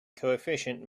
coefficient